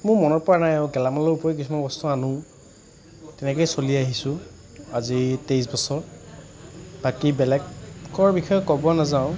মোৰ মনত পৰা নাই আৰু গেলামালৰ উপৰিও কিছুমান বস্তু আনোঁ তেনেকেই চলি আহিছোঁ আজি তেইছ বছৰ বাকী বেলেগৰ বিষয়ে ক'ব নাযাওঁ